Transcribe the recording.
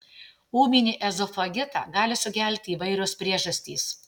ūminį ezofagitą gali sukelti įvairios priežastys